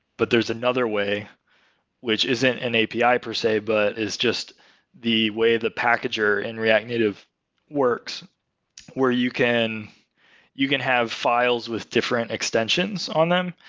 but there's another way which isn't an api per se but is just the way the packager in react native works where you can you can have files with different extensions on them.